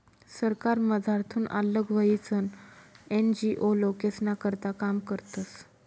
सरकारमझारथून आल्लग व्हयीसन एन.जी.ओ लोकेस्ना करता काम करतस